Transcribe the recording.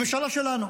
הממשלה שלנו.